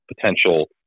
potential